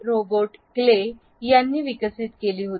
robot Clay यांनी विकसित केली होती